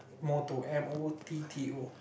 motto M O T T O